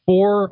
Four